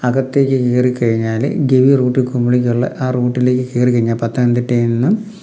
അകത്തേക്ക് കയറി കഴിഞ്ഞാൽ ഗെവി റൂട്ട് കുമിളിക്കുള്ള ആ റൂട്ടിലേക്ക് കയറി കഴിഞ്ഞാൽ പത്തനംതിട്ടയിൽ നിന്നും